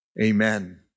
Amen